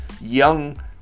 young